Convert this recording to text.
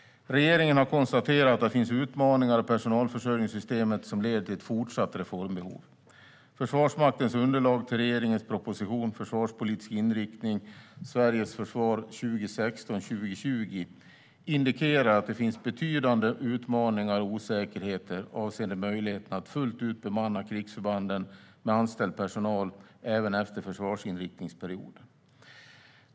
Regeringen har konstaterat att det finns utmaningar i personalförsörjningssystemet som leder till ett fortsatt reformbehov. Försvarsmaktens underlag till regeringens proposition Försvarspolitisk inriktning - Sveriges försvar 2016 - 2020 indikerar att det finns betydande utmaningar och osäkerheter avseende möjligheterna att fullt ut bemanna krigsförbanden med anställd personal även efter försvarsinriktningsperioden.